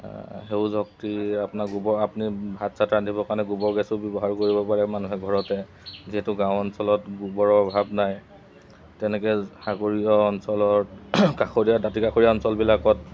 সেউজ শক্তি আপোনাৰ গোবৰ আপুনি ভাত চাত ৰান্ধিবৰ কাৰণে গোবৰ গেছো ব্যৱহাৰ কৰিব পাৰে মানুহে ঘৰতে যিহেতু গাঁও অঞ্চলত গোবৰৰ অভাৱ নাই তেনেকৈ সাগৰীয় অঞ্চলত কাষৰীয়া দাঁতি কাষৰীয়া অঞ্চলবিলাকত